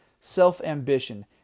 self-ambition